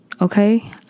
Okay